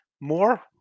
more